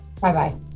Bye-bye